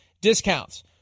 discounts